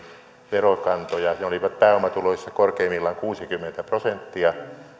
verokantoja ne olivat pääomatuloissa korkeimmillaan kuusikymmentä prosenttia